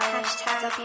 Hashtag